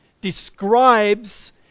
describes